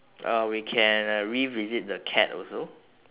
or we can uh revisit the cat also